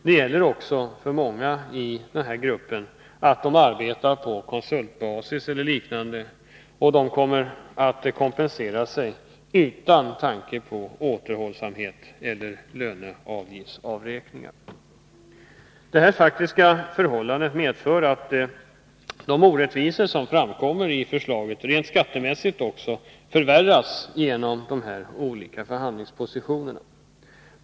Det gäller också för många i denna grupp att de arbetar på konsultbasis eller liknande, och dessa kommer att kompensera sig utan tanke på återhållsamhet eller löneavgiftsavräkningar. Detta faktiska förhållande medför att de orättvisor som framkommer i förslaget rent skattemässigt också förvärras genom dessa olika förhandlingspositioner.